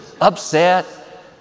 upset